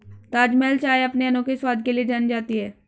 ताजमहल चाय अपने अनोखे स्वाद के लिए जानी जाती है